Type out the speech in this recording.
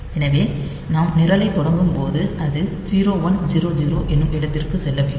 எனவே நாம் நிரலைத் தொடங்கும்போது அது 0100 என்னும் இடத்திற்கு செல்ல வேண்டும்